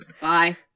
Bye